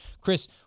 Chris